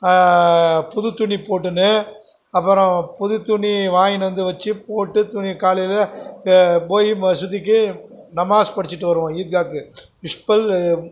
புது துணி போட்டுன்னு அப்புறம் புது துணி வாங்கின்னு வந்து வச்சு போட்டு துணி காலையில போய் மசூதிக்கு நமாஸ் படிச்சுட்டு வருவோம் ஈஜாக்கு விஸ்ப்பல்